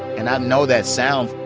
and i know that sound.